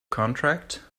contract